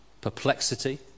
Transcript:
perplexity